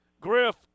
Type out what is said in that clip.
Griff